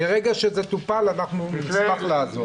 מרגע שזה טופל אנחנו נשמח לעזור.